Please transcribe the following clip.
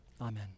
Amen